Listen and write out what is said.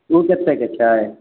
ओ कतेकके छै